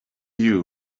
you